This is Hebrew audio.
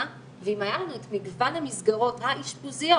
ואם היה לנו את מגוון המסגרות האשפוזיות,